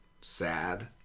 sad